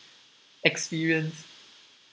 experience